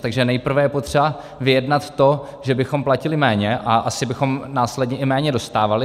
Takže nejprve je potřeba vyjednat to, že bychom platili méně, a asi bychom následně i méně dostávali.